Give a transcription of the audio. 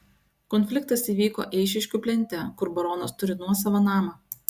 konfliktas įvyko eišiškių plente kur baronas turi nuosavą namą